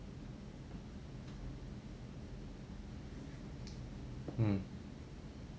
mm